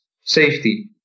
safety